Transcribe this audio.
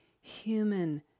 human